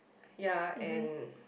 ya and